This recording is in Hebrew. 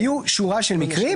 היו שורה של מקרים,